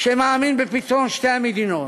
שמאמין בפתרון שתי המדינות?